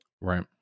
right